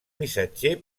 missatger